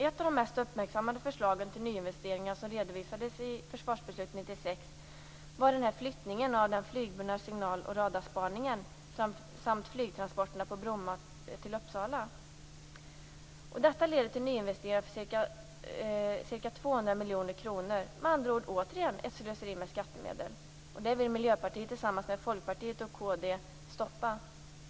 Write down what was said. Ett av de mest uppmärksammade förslagen till nyinvesteringar som redovisades i Försvarsbeslut 96 Malmen till Uppsala. Detta leder till nyinvesteringar på ca 200 miljoner kronor. Med andra ord återigen ett slöseri med skattemedel. Det vill Miljöpartiet tillsammans med Folkpartiet och kd stoppa.